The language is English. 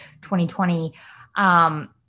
2020